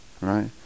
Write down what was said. Right